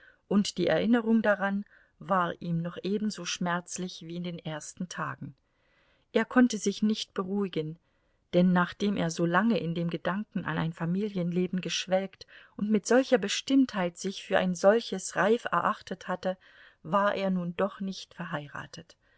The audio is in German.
und die erinnerung daran war ihm noch ebenso schmerzlich wie in den ersten tagen er konnte sich nicht beruhigen denn nachdem er so lange in dem gedanken an ein familienleben geschwelgt und mit solcher bestimmtheit sich für ein solches reif erachtet hatte war er nun doch nicht verheiratet